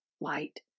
light